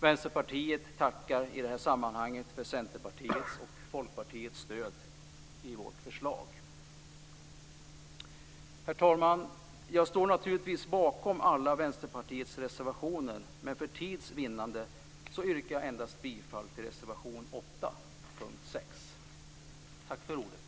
Vänsterpartiet tackar i det här sammanhanget för Centerpartiets och Folkpartiets stöd av vårt förslag. Herr talman! Jag står naturligtvis bakom alla Vänsterpartiets reservationer, men för tids vinnande yrkar jag bifall endast till reservation 8, punkt 6.